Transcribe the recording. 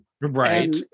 right